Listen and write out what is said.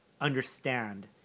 understand